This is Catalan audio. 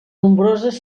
nombroses